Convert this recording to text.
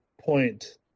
point